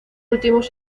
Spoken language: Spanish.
últimos